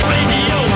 Radio